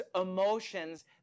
emotions